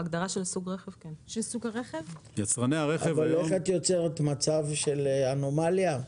איך את יוצרת מצב של אנומליה,